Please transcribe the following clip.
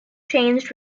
changed